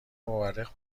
مورخ